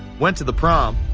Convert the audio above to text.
went to the prom,